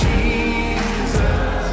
Jesus